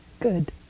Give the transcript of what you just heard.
good